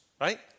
right